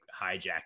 hijack